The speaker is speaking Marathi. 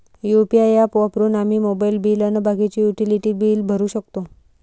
यू.पी.आय ॲप वापरून आम्ही मोबाईल बिल अन बाकीचे युटिलिटी बिल भरू शकतो